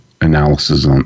analysis